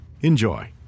Enjoy